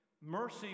mercy